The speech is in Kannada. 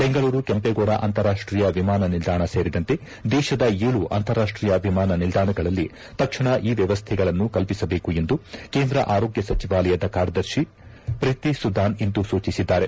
ಬೆಂಗಳೂರು ಕೆಂಪೇಗೌಡ ಅಂತಾರಾಷ್ಷೀಯ ವಿಮಾನ ನಿಲ್ದಾಣ ಸೇರಿದಂತೆ ದೇಶದ ಏಳು ಅಂತಾರಾಷ್ವೀಯ ವಿಮಾನ ನಿಲ್ದಾಣಗಳಲ್ಲಿ ತಕ್ಷಣ ಈ ವ್ಯವಸ್ಥೆಗಳನ್ನು ಕಲ್ಪಿಸಬೇಕು ಎಂದು ಕೇಂದ್ರ ಆರೋಗ್ನ ಸಚಿವಾಲಯದ ಕಾರ್ಯದರ್ಶಿ ಪ್ರಿತಿ ಸುದಾನ್ ಇಂದು ಸೂಚಿಸಿದ್ದಾರೆ